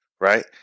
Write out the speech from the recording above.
right